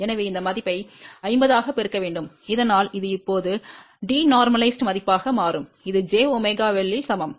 எனவே இந்த மதிப்பை 50 ஆகப் பெருக்க வேண்டும் இதனால் அது இப்போது இயல்பற்ற மதிப்பாக மாறும் இது jωL க்கு சமம்